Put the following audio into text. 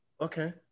Okay